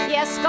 Yes